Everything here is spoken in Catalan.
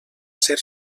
ser